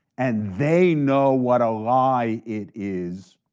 and they know what a lie it is,